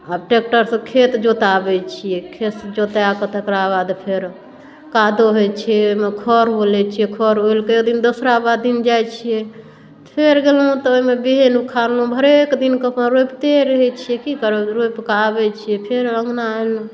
आब ट्रैक्टरसँ खेत जोताबै छियै खेत जोताकऽ तकरा बाद फेरो कादो हय छै ओइमे खर ओलै छियै खर ओलिकऽ दोसरा दिन जाइ छियै फेर गेलहुँ तऽ ओइमे बिहैन उखारलहुँ भरेक दिनके कऽ रोपिते रहै छियै की करबै रोपिकऽ आबै छियै फेर अँगना एलहुँ